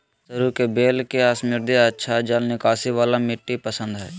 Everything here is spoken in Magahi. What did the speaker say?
सरू के बेल के समृद्ध, अच्छा जल निकासी वाला मिट्टी पसंद हइ